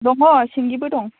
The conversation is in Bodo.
दङ सिंगिबो दं